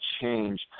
change